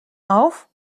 auf